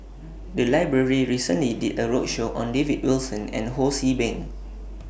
The Library recently did A roadshow on David Wilson and Ho See Beng